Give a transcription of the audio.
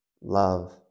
love